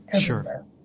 Sure